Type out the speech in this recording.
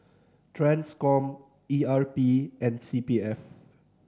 Transcom E R P and C P F